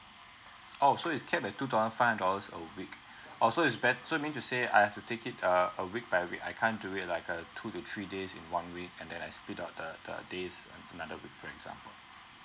oh so is capped at two thousand five hundred dollars a week oh so it's bet so it means to say I have to take it uh a week by week I can't do it like uh two to three days in one week and then I split on the the days another week for example